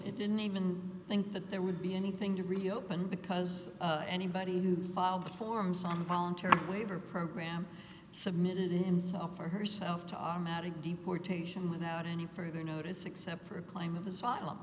it didn't even think that there would be anything to reopen because anybody who filed the forms on voluntary waiver program submitted in saw for herself to automatic deportation without any further notice except for a claim of asylum